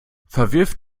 verwirf